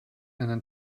einen